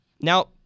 now